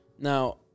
Now